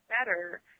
better